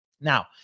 Now